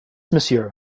monsieur